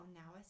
now